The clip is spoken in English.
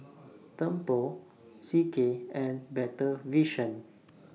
Tempur C K and Better Vision